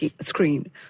screen